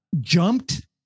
jumped